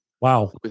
Wow